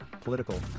political